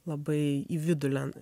labai į vidų lenda